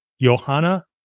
Johanna